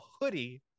hoodie